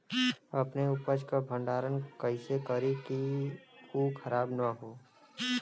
अपने उपज क भंडारन कइसे करीं कि उ खराब न हो?